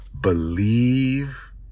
Believe